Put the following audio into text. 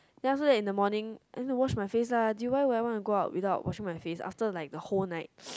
then after that in the morning I need to wash my face lah do you why would I want to go out without washing my face after like the whole night